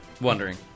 wondering